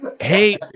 Hey